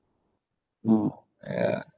yeah